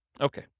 Okay